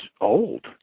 old